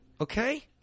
Okay